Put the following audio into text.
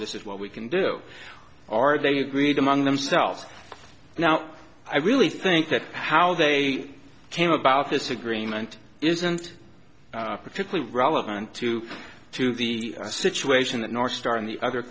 this is what we can do are they agreed among themselves now i really think that how they came about this agreement isn't particularly relevant to to the situation that north star and the other